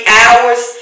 hours